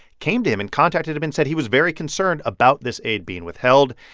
came to him and contacted him and said he was very concerned about this aid being withheld.